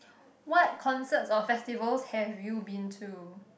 what concerts or festivals have you been to